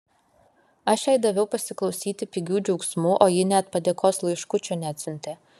aš jai daviau pasiklausyti pigių džiaugsmų o ji net padėkos laiškučio neatsiuntė